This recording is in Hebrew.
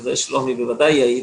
ועל זה שלומי בוודאי יעיד,